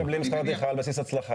הם לא מקבלים שכר טרחה על בסיס הצלחה?